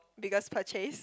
biggest purchase